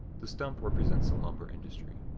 the stump represents the lumber industry.